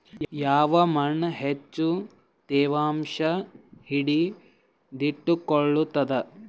ಯಾವ್ ಮಣ್ ಹೆಚ್ಚು ತೇವಾಂಶ ಹಿಡಿದಿಟ್ಟುಕೊಳ್ಳುತ್ತದ?